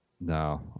No